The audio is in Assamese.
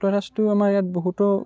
জতুৱা ঠাচটো আমাৰ ইয়াত বহুতো